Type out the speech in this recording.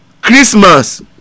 Christmas